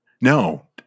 no